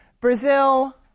Brazil